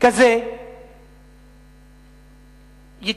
כזה ודאי שהרשויות יקרסו.